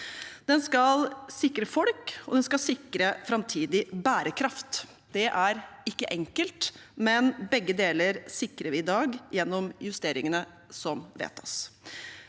Det skal sikre folk, og det skal sikre framtidig bærekraft. Det er ikke enkelt, men begge deler sikrer vi i dag gjennom justeringene som vedtas.